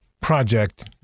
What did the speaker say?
project